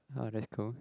oh that's cool